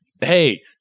hey